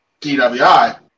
DWI